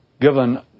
given